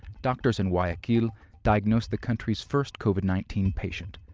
doctors in guayaquil diagnosed the country's first covid nineteen patient,